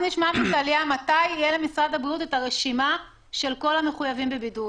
רק נשמע מטליה מתי למשרד הבריאות תהיה הרשימה של כל המחויבים בבידוד?